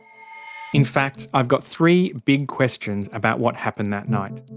in fact i've got three big questions about what happened that night.